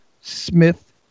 Smith